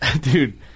Dude